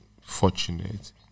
fortunate